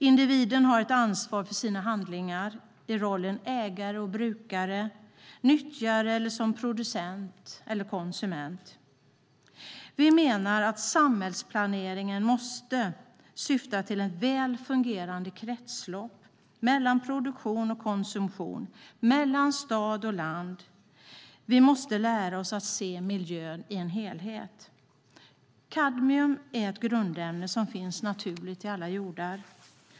Individen har ett ansvar för sina handlingar i rollen som ägare, brukare, nyttjare, producent eller konsument. Vi menar att samhällsplaneringen måste syfta till ett väl fungerande kretslopp mellan produktion och konsumtion, mellan stad och land. Vi måste lära oss att se miljön som en helhet. Kadmium är ett grundämne som finns naturligt i alla jordar.